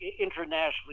internationally